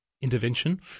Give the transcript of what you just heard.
intervention